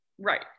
Right